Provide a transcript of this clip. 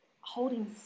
Holding